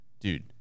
Dude